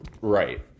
Right